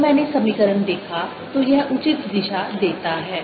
जब मैंने समीकरण देखा तो यह उचित दिशा देता है